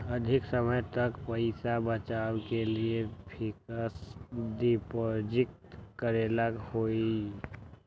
अधिक समय तक पईसा बचाव के लिए फिक्स डिपॉजिट करेला होयई?